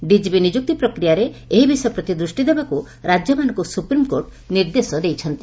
DGP ନିଯୁକ୍ତି ପ୍ରକ୍ରିୟାରେ ଏହି ବିଷୟ ପ୍ରତି ଦୃଷି ଦେବାକୁ ରାଜ୍ୟମାନଙ୍କୁ ସୁପ୍ରିମକୋର୍ଟ ନିର୍ଦ୍ଦେଶ ଦେଇଛନ୍ତି